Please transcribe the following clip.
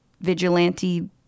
Vigilante